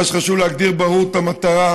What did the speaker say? מה שחשוב זה להגדיר ברור את המטרה.